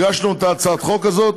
הגשנו את הצעת החוק הזאת,